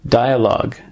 dialogue